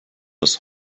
aus